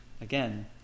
again